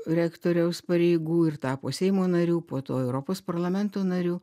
rektoriaus pareigų ir tapo seimo nariu po to europos parlamento nariu